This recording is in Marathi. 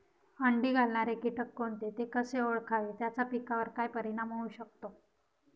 अंडी घालणारे किटक कोणते, ते कसे ओळखावे त्याचा पिकावर काय परिणाम होऊ शकतो?